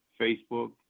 Facebook